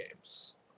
games